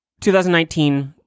2019